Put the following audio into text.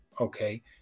Okay